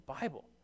Bible